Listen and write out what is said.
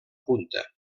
punta